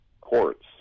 courts